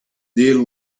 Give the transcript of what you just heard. deal